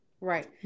Right